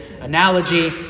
analogy